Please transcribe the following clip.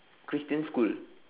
christian school